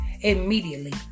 immediately